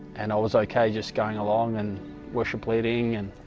and i was okay just going, along and worship leading and